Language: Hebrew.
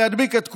להדביק את כולם?